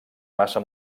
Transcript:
massa